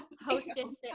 hostess